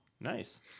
Nice